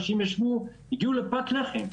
אנשים הגיעו לפת לחם.